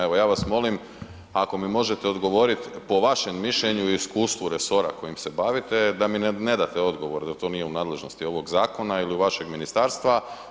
Evo, ja vas molim ako mi možete odgovorit po vašem mišljenju i iskustvu resora kojim se bavite da mi ne date odgovor da to nije u nadležnosti ovog zakona ili vašeg ministarstva.